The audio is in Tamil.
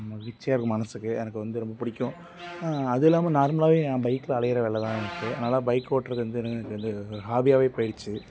மகிழ்ச்சியாக இருக்கும் மனசுக்கு எனக்கு வந்து ரொம்ப பிடிக்கும் அது இல்லாமல் நார்மலாகவே நான் பைக்கில அலையிற வேலை தான் எனக்கு அதனால் பைக் ஓட்டுறது வந்து எனக்கு வந்து ஹாபியாகவே போயிடுச்சு